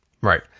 Right